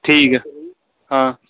ਠੀਕ ਹੈ ਹਾਂ